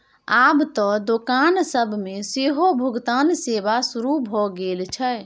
आब त दोकान सब मे सेहो भुगतान सेवा शुरू भ गेल छै